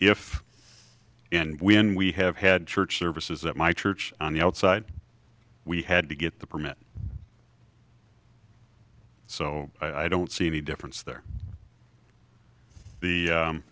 if and when we have had church services at my church on the outside we had to get the permit so i don't see any difference there the